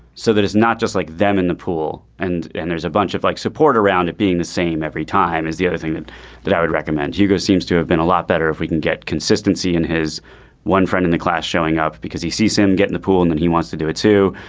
so that it's not just like them in the pool and and there's a bunch of like support around it being the same every time is the other thing that that i would recommend. hugo seems to have been a lot better if we can get consistency and his one friend in the class showing up because he sees him getting a pool and then he wants to do it too.